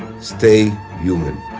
stay human.